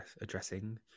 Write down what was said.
addressing